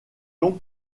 donc